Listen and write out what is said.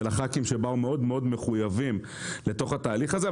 ולח"כים שבאו מאוד מאוד מחויבים לתהליך הזה,